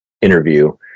interview